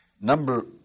Number